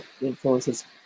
influences